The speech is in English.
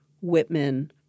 Whitman